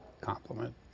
Compliment